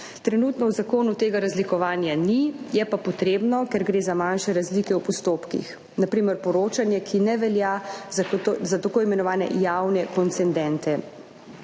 Trenutno v zakonu tega razlikovanja ni, je pa potrebno, ker gre za manjše razlike v postopkih. Na primer poročanje, ki ne velja za tako imenovane javne koncendente.